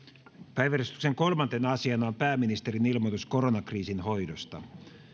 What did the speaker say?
päiväjärjestyksen kolmantena asiana on pääministerin ilmoitus koronakriisin hoidosta